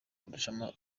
kurusha